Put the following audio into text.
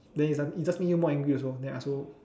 then you start it just make you more angry also ya so